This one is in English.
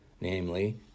namely